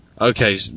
Okay